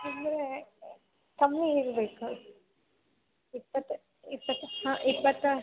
ಅಂದರೆ ಕಮ್ಮಿ ಹಿಡೀಬೇಕು ಇಪ್ಪತ್ತು ಇಪ್ಪತ್ತು ಹಾಂ ಇಪ್ಪತ್ತಾ